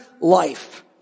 life